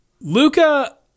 Luca